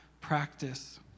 practice